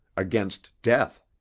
against death.